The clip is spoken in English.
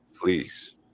Please